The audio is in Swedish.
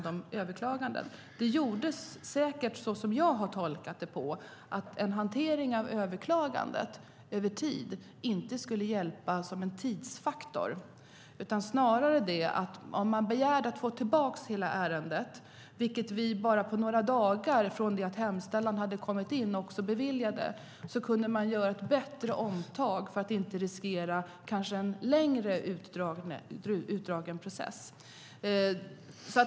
Så som jag har tolkat det hela gjordes det i samband med hanteringen en bedömning av överklagandet och tidsfaktorn, och om man begärde att få tillbaka hela ärendet, vilket vi på bara några dagar från det att hemställan hade kommit in också beviljade, kunde man göra ett bättre omtag och inte riskera en mer utdragen process.